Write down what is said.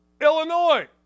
Illinois